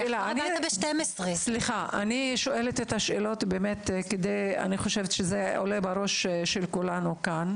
אני שואלת שאלות שעולות בראש של כולנו כאן.